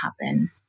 happen